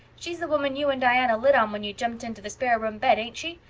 she's the woman you and diana lit on when you jumped into the spare room bed, ain't she?